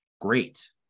great